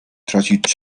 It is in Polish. tracić